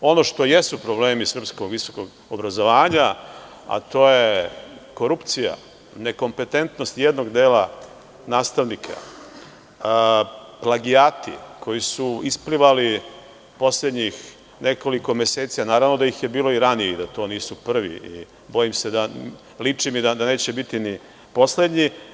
Ono što jesu problemi srpskog visokog obrazovanja, a to je korupcija, nekompetentnost jednog dela nastavnika, plagijati koji su isplivali poslednjih nekoliko mesece, a naravno da ih je bilo i ranije i da to nisu prvi, a bojim se, liči mi da neće biti ni poslednji.